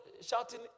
shouting